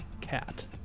cat